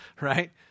right